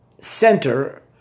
center